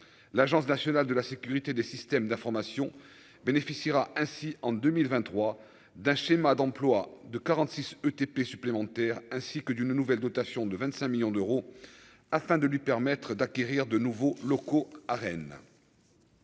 l'Agence nationale de la sécurité des systèmes d'information bénéficiera ainsi en 2023 d'un schéma d'emplois 2 46 ETP supplémentaires ainsi que d'une nouvelle dotation de 25 millions d'euros afin de lui permettre d'acquérir de nouveaux locaux à Rennes.